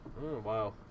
wow